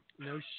No